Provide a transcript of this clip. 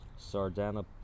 Sardana